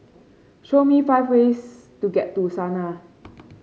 show me five ways to get to Sanaa